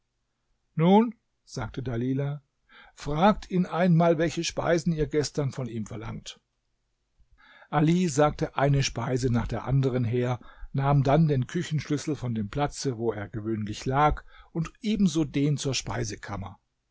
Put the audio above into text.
nun sagte dalilah fragt ihn einmal welche speisen ihr gestern von ihm verlangt ali sagte eine speise nach der anderen her nahm dann den küchenschlüssel von dem platze wo er gewöhnlich lag und ebenso den zur speisekammer